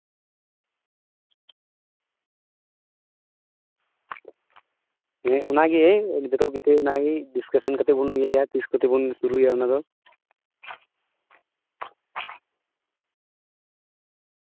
ᱦᱮᱸ ᱚᱱᱟ ᱜᱮ ᱡᱚᱛᱚ ᱠᱚᱛᱮ ᱰᱤᱥᱠᱟᱥᱮᱱ ᱠᱟᱛᱮ ᱵᱚᱱ ᱤᱭᱟᱹ ᱭᱟ ᱛᱤᱥ ᱠᱚᱛᱮ ᱵᱚᱱ ᱥᱩᱨᱩᱭᱟ ᱚᱱᱟ ᱫᱚ